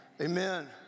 amen